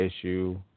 issue